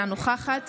אינה נוכחת